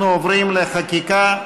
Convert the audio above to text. אנחנו עוברים לחקיקה: